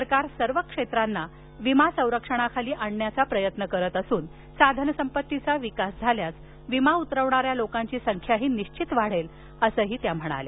सरकार सर्व क्षेत्रांना विमा कवचाखाली आणण्याचा प्रयत्न करित असून साधनसंपत्तीचा विकास झाल्यास विमा उतरविणाऱ्या लोकांची संख्याही निश्वित वाढेल असंही त्या म्हणाल्या